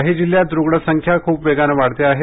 काही जिल्ह्यांत रुग्णसंख्या खूप वेगाने वाढते आहे